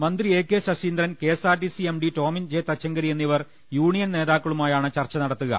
മന്ത്രി A K Saseendran K S R T C M D Tomin J Thachankary എന്നിവർ union നേതാക്കളുമായാണ് ചർച്ച നടത്തുക